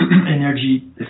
energy